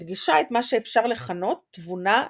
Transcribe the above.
ומדגישה את מה שאפשר לכנות תבונה לשונית.